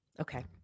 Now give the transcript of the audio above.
Okay